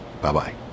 Bye-bye